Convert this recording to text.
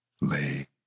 lay